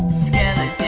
skeleton,